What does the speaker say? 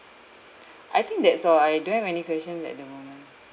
I think that's all I don't have any question at the moment